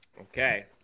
Okay